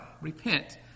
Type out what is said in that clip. repent